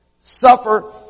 suffer